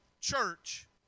Church